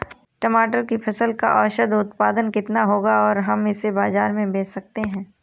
टमाटर की फसल का औसत उत्पादन कितना होगा और हम इसे बाजार में कैसे बेच सकते हैं?